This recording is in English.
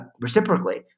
reciprocally